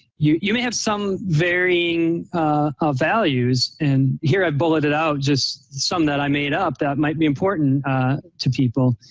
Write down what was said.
you you may have some varying ah values. and here i've bulleted out just some that i made up that might be important to people.